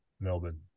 Melbourne